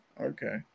Okay